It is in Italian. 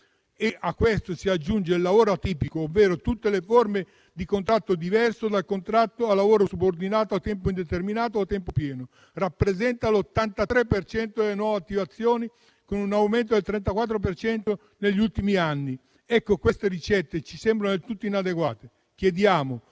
A questo si aggiunge che il lavoro atipico - ovvero tutte le forme di contratto diverso dal contratto di lavoro subordinato a tempo indeterminato o a tempo pieno - rappresenta l'83 per cento delle nuove attivazioni, con un aumento del 34 per cento negli ultimi anni. Queste ricette ci sembrano del tutto inadeguate. Chiediamo